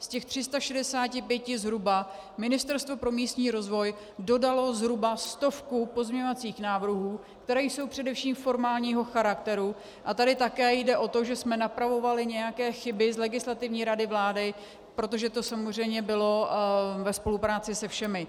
Z těch 365 zhruba Ministerstvo pro místní rozvoj dodalo zhruba stovku pozměňovacích návrhů, které jsou především formálního charakteru, a tady také jde o to, že jsme napravovali nějaké chyby z Legislativní rady vlády, protože to samozřejmě bylo ve spolupráci se všemi.